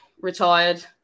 retired